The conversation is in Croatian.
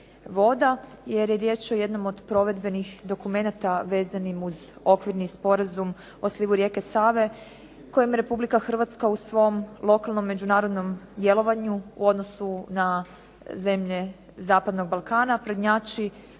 jer je riječ o jednom od provedbenih dokumenata vezanim uz Okvirni sporazum o slivu rijeke Save kojim Republika Hrvatska u svom lokalnom, međunarodnom djelovanju u odnosu na zemlje zapadnog Balkana prednjači